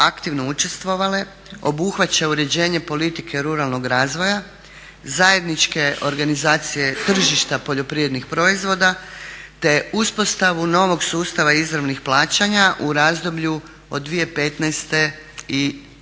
aktivno učestvovale obuhvaća uređenje politike ruralnog razvoja, zajedničke organizacije tržišta poljoprivrednih proizvoda te uspostavu novog sustava izravnih plaćanja u razdoblju od 2015. do 2020.